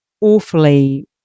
awfully